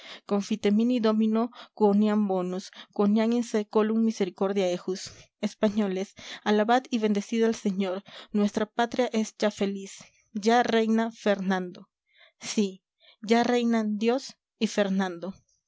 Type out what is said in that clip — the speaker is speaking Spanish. felicidad confitemini domino quoniam bonus quoniam in sculum misericordia ejus españoles alabad y bendecid al señor nuestra patria es ya feliz ya reina fernando sí ya reinan dios y fernando